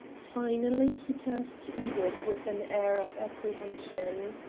finally he turned to to edith with an air of apprehension.